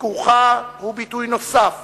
ביקורך הוא ביטוי נוסף